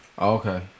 Okay